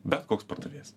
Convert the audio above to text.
bet koks pardavėjas